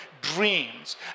dreams